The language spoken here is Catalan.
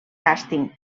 càsting